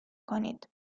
کنید